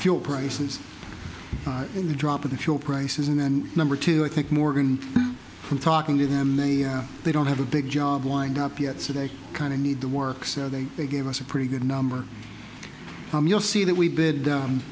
fuel prices in the drop of the fuel prices and number two i think morgan from talking to them they they don't have a big job lined up yet so they kind of need to work so they gave us a pretty good number you'll see that we did